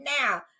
now